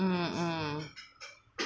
mm mm